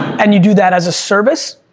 and you do that as a service,